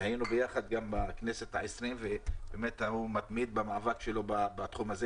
היינו יחד גם בכנסת ה-20 ובאמת הוא מתמיד במאבק שלו בתחום הזה